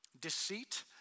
Deceit